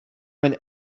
common